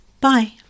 bye